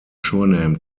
surname